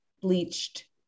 bleached